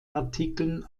artikeln